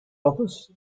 office